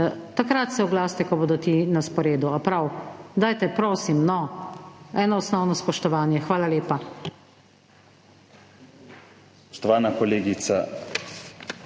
Takrat se oglasite, ko bodo ti na sporedu. Prav? Dajte, prosim, no. Eno osnovno spoštovanje. Hvala lepa.